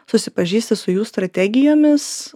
susipažįsti su jų strategijomis